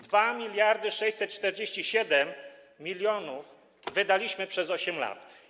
2647 mln wydaliśmy przez 8 lat.